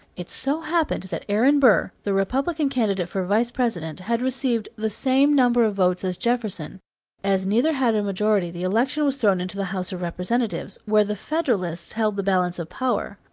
it so happened that aaron burr, the republican candidate for vice president, had received the same number of votes as jefferson as neither had a majority the election was thrown into the house of representatives, where the federalists held the balance of power.